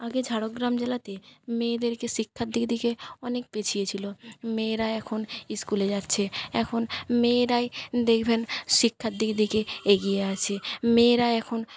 আগে ঝাড়গ্রাম জেলাতে মেয়েদেরকে শিক্ষার দিক দিকে অনেক পিছিয়ে ছিল মেয়েরা এখন ইস্কুলে যাচ্ছে এখন মেয়েরাই দেখবেন শিক্ষার দিক দেখে এগিয়ে আছে মেয়েরাই এখন